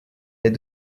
les